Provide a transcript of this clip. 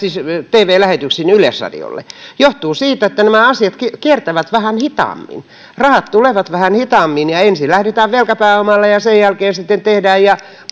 tv lähetyksiin yleisradiolle johtuu siitä että nämä asiat kiertävät vähän hitaammin rahat tulevat vähän hitaammin ja ensin lähdetään velkapääomalla ja sen jälkeen sitten tehdään ja